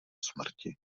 smrti